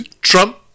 Trump